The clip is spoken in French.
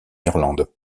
irlande